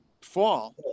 fall